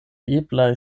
eblaj